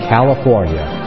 California